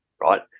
right